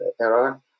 error